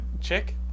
chick